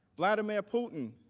vladimir putin